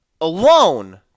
Alone